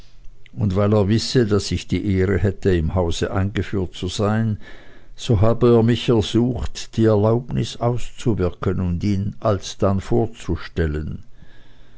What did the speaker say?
und weil er wisse daß ich die ehre hätte im hause eingeführt zu sein so habe er mich ersucht die erlaubnis auszuwirken und ihn alsdann vorzustellen